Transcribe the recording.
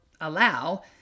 allow